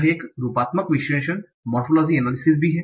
यह एक रूपात्मक विश्लेषण भी है